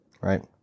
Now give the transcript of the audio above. Right